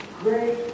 great